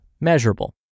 measurable